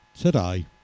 today